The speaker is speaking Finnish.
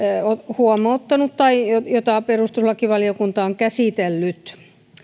huomauttanut tai jota perustuslakivaliokunta on käsitellyt